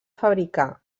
fabricar